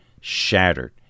shattered